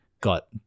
got